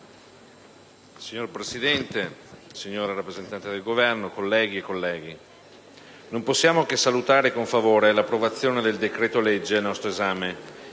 Signor Presidente, signora rappresentante del Governo, colleghe e colleghi, non possiamo che salutare con favore l'approvazione del decreto-legge al nostro esame,